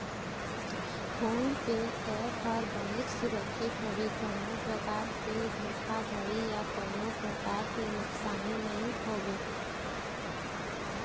phone पे app ह बनेच सुरक्छित हवय कोनो परकार के धोखाघड़ी या कोनो परकार के नुकसानी नइ होवय